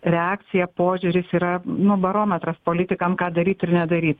reakcija požiūris yra nu barometras politikam ką daryt ir nedaryt